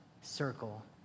circle